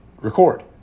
record